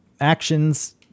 actions